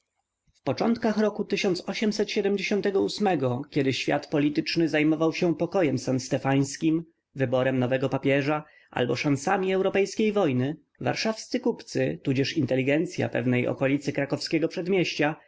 początkach roku kiedy świat polityczny zajmował się pokojem san-stefańskim wyborem nowego papieża albo szansami europejskiej wojny warszawscy kupcy tudzież inteligencya pewnej okolicy krakowskiego przedmieścia